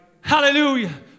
Hallelujah